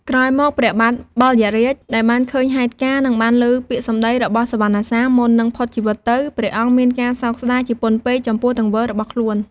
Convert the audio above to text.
ក្រោយមក ព្រះបាទបិលយក្សរាជ ដែលបានឃើញហេតុការណ៍ និងបានឮពាក្យសម្ដីរបស់សុវណ្ណសាមមុននិងផុតជីវិតទៅ ព្រះអង្គមានការសោកស្ដាយជាពន់ពេកចំពោះទង្វើរបស់ខ្លួន។